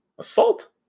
assault